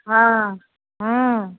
हँ हँ